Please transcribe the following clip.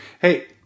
Hey